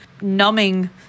numbing